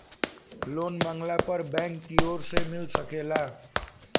loan मांगला पर bank कियोर से मिल सकेला